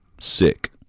sick